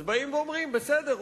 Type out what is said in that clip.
אז באים ואומרים: בסדר,